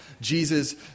Jesus